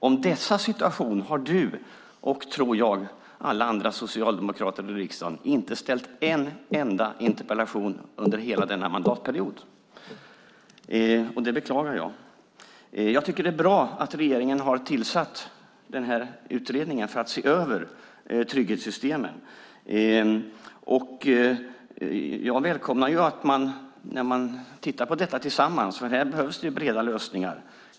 Om dessas situation har varken du eller, tror jag, någon annan socialdemokrat i riksdagen ställt en enda interpellation under hela denna mandatperiod, och det beklagar jag. Jag tycker att det är bra att regeringen har tillsatt en utredning för att se över trygghetssystemen. Jag välkomnar att man tittar på detta tillsammans, för här behövs det breda lösningar.